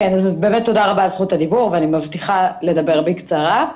תודה רבה על זכות הדיבור ואני מבטיחה לדבר בקצרה.